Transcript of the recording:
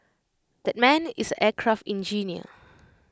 that man is aircraft engineer